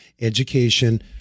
Education